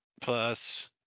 plus